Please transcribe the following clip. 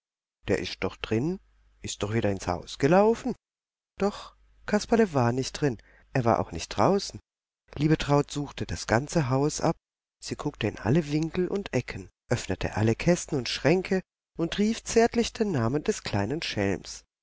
der ist doch drin ist doch wieder ins haus gelaufen doch kasperle war nicht drin er war auch nicht draußen liebetraut suchte das ganze haus ab sie guckte in alle winkel und ecken öffnete alle kästen und schränke und rief zärtlich den namen des kleinen schelms